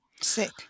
Sick